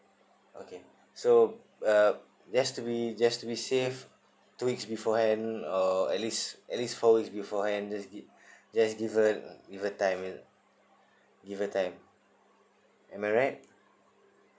okay so uh just to be just to be safe two weeks before hand or at least at least four weeks before hand just giv~ just give her give her time give her time am I right